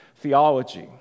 theology